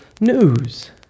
news